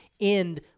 end